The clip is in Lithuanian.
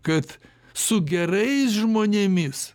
kad su gerais žmonėmis